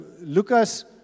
Lucas